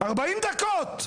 40 דקות.